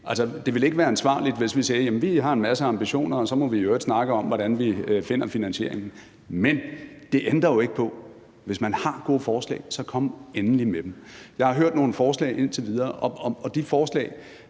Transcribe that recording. det ville ikke være ansvarligt, hvis vi sagde: Vi har en masse ambitioner, og så må vi i øvrigt snakke om, hvordan vi finder finansieringen. Men det ændrer jo ikke på, at hvis man har gode forslag, så kom endelig med dem. Jeg har hørt nogle forslag indtil videre, og de forslag